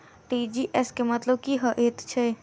TGS केँ मतलब की हएत छै?